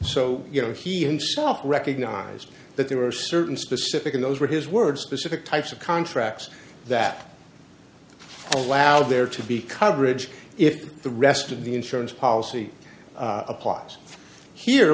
so you know he himself recognized that there were certain specific in those were his words pacific types of contracts that allow there to be coverage if the rest of the insurance policy applies here